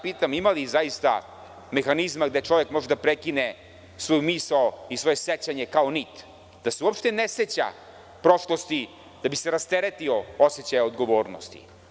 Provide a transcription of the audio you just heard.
Pitam da li ima mehanizma gde čovek može da prekine svoju misao i svoje sećanje kao nit, da se uopšte ne seća prošlosti, da bi se rasteretio osećaj odgovornosti?